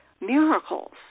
miracles